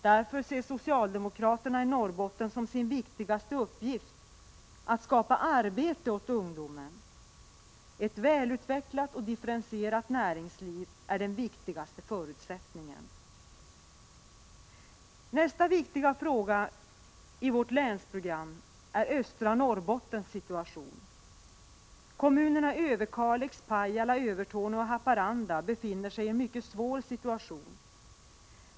Därför ser socialdemokraterna i Norrbotten som sin viktigaste uppgift att skapa arbete åt ungdomen. Ett välutvecklat och differentierat näringsliv är den viktigaste förutsättningen. Nästa viktiga fråga i vårt länsprogram är östra Norrbottens situation. Överkalix, Pajala, Övertorneå och Haparanda kommuner befinner sig i en mycket svår situation.